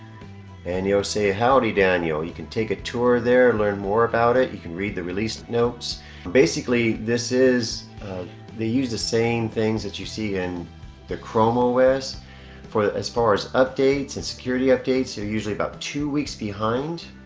and you know say howdy daniel you can take a tour there and learn more about it you can read the released notes basically this is they use the same things that you see in the chrome ah os for as far as updates and security updates you're usually about two weeks behind